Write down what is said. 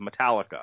Metallica